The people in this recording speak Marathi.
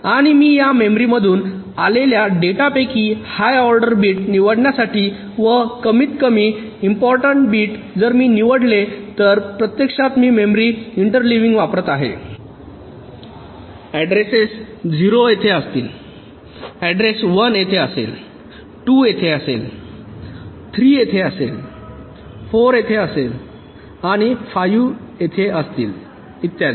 आणि मी या मेमरीमधून आलेल्या डेटापैकी हाय ओर्डर बीट निवडण्यासाठी व कमीत कमी इम्पॉर्टन्ट बिट जर मी निवडले तर प्रत्यक्षात मी मेमरी इंटरलीव्हिंग वापरत आहे अड्रेस 0 येथे असेल अड्रेस 1 येथे असेल 2 येथे असेल 3 येथे असतील 4 येथे असतील आणि 5 येथे असतील इत्यादी